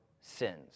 sins